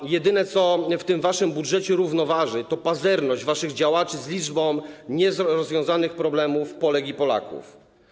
To, co w tym waszym budżecie równoważy, to jedynie pazerność waszych działaczy z liczbą nierozwiązanych problemów Polek i Polaków.